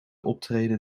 optreden